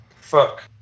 Fuck